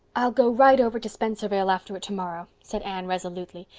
i'll go right over to spencervale after it tomorrow, said anne resolutely,